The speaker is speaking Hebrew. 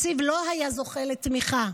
התקציב לא היה זוכה לתמיכה.